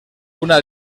una